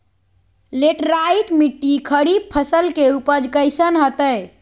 Laterite मिट्टी खरीफ फसल के उपज कईसन हतय?